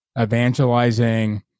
evangelizing